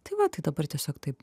tai va tai dabar tiesiog taip